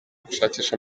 gushakisha